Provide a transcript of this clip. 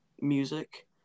music